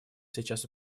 сейчас